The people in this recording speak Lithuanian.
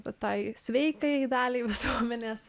va tai sveikai daliai visuomenės